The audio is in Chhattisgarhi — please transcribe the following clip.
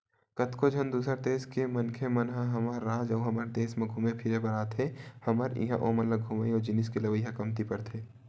कतको झन दूसर देस के मनखे मन ह हमर राज अउ हमर देस म घुमे फिरे बर आथे हमर इहां ओमन ल घूमई अउ जिनिस के लेवई ह कमती परथे